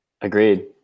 Agreed